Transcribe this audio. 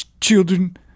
children